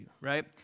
right